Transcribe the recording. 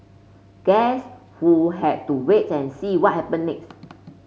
guess who had to wait and see what happen next